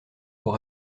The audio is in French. pour